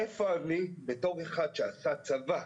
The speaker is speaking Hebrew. איפה אני בתור אחד שעשה צבא,